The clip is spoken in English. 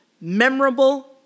memorable